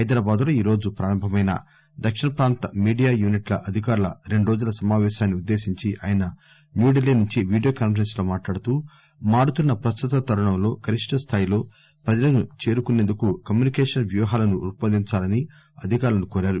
హైదరాబాద్ లో ఈరోజు ప్రారంభమైన దక్షిణ ప్రాంత మీడియా యూనిట్ల అధికారుల రెండు రోజుల సమాపేశాన్ని ఉద్దేశించి ఆయన న్యూఢిల్లీ నుంచి వీడియో కాన్పరెస్స్ లో మాట్లాడుతూ మారుతున్న ప్రస్తుత తరుణంలో గరిష్ట స్థాయిలో ప్రజలను చేరుకునేందుకు కమ్యూనికేషస్ వ్యూహాలను రూపొందించాలని అధికారులను కోరారు